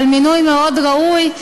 אבל מינוי מאוד ראוי.